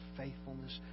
faithfulness